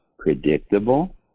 Predictable